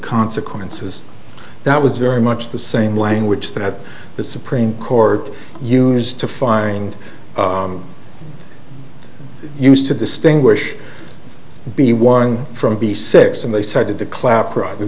consequences that was very much the same language that had the supreme court used to find used to distinguish b one from b six and they said the clap pr